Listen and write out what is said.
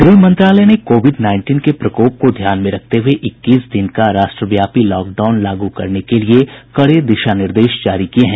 गृह मंत्रालय ने कोविड नाईनटीन के प्रकोप को ध्यान में रखते हुए इक्कीस दिन का राष्ट्रव्यापी लॉकडाउन लागू करने के लिए कड़े दिशा निर्देश जारी किए हैं